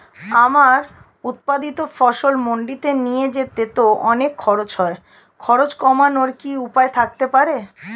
আমার উৎপাদিত ফসল মান্ডিতে নিয়ে যেতে তো অনেক খরচ হয় খরচ কমানোর কি উপায় থাকতে পারে?